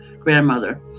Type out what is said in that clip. grandmother